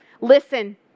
Listen